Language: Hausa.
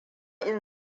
in